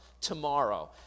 tomorrow